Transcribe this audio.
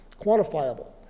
quantifiable